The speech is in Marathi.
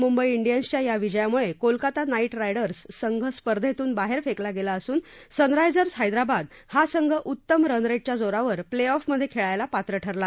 मुंबई डियन्सच्या या विजयामुळे कोलकाता नाईट रायडर्स संघ स्पर्धेतून बाहेर फेकला गेला असून सनरा झिर्स हैदराबाद हा संघ उत्तम रन रेट च्या जोरावर प्ले ऑफ मधे खेळायला पात्र ठरला